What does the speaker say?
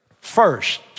first